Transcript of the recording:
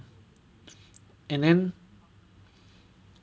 and then